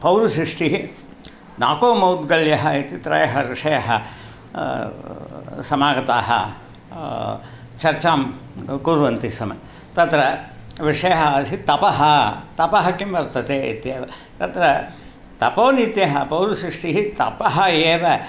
पौरुसृष्टिः नाको मौद्गल्यः इति त्रयः ऋषयः समागताः चर्चां कुर्वन्ति सम तत्र विषयः आसीत् तपः तपः किं वर्तते इत्येव तत्र तपो नित्यः पौरुषष्टिः तपः एव